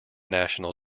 national